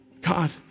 God